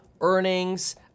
earnings